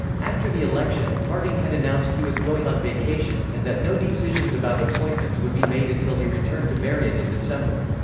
after the election, harding had announced he was going on vacation, and that no decisions about appointments would be made until he returned to marion in december.